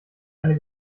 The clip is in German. eine